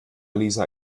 lisa